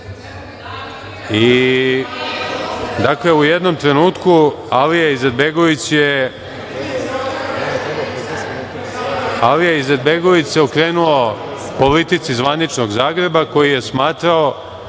u jednom trenutku Alija Izetbegović se okrenuo politici zvaničnog Zagreba, koji je smatrao